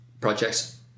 projects